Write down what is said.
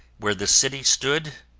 where the city stood,